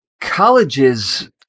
colleges